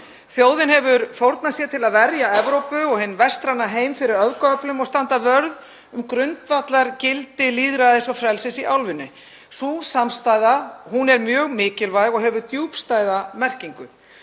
Þjóðin hefur fórnað sér til að verja Evrópu og hinn vestræna heim fyrir öfgaöflum og standa vörð um grundvallargildi lýðræðis og frelsis í álfunni. Sú samstaða er mjög mikilvæg og hefur djúpstæða merkingu.